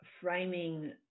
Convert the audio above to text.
framing